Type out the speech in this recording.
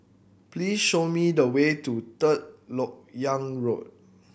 please show me the way to Third Lok Yang Road